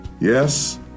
Yes